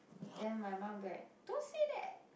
then my mum will be like don't say that